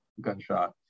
gunshot